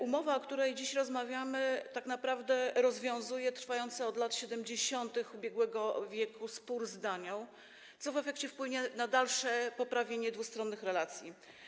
Umowa, o której dziś rozmawiamy, tak naprawdę rozwiązuje trwający od lat 70. ubiegłego wieku spór z Danią, co w efekcie wpłynie na dalsze poprawienie dwustronnych relacji.